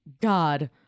God